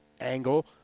angle